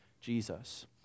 Jesus